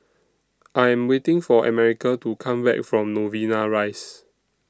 I Am waiting For America to Come Back from Novena Rise